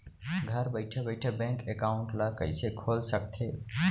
घर बइठे बइठे बैंक एकाउंट ल कइसे खोल सकथे?